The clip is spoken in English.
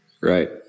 Right